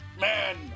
man